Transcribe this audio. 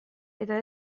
eta